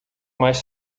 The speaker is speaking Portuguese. mais